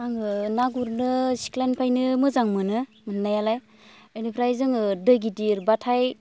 आङो ना गुरनो सिख्लानिफ्रायनो मोजां मोनो मोननायालाय बेनिफ्राय जोङो दै गिदिरबाथाय